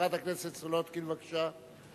חברת הכנסת סולודקין, בבקשה.